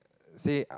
said